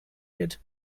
wird